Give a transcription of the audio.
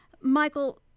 Michael